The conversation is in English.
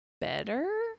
better